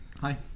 Hi